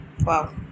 Wow